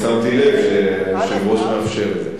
שמתי לב שהיושב-ראש מאפשר את זה.